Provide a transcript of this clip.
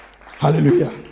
Hallelujah